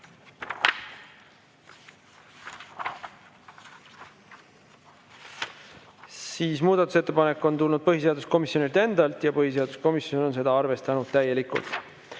Muudatusettepanek on tulnud põhiseaduskomisjonilt endalt ja põhiseaduskomisjon on seda arvestanud täielikult.